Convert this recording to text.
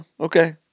okay